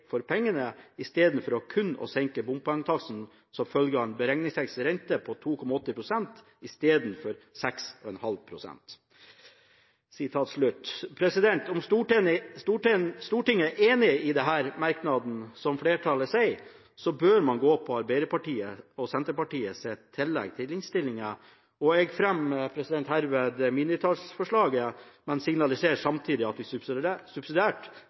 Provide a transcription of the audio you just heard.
for pengene» i stedet for kun å senke bompengetaksten som følge av en beregningsteknisk rente på 2,8 pst. i stedet for 6,5 pst.» Om Stortinget er enig i den merknaden som flertallet har, bør man gå for Arbeiderpartiet og Senterpartiets tillegg til innstilling, og jeg fremmer herved mindretallsforslaget, men signaliserer samtidig at vi